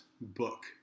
book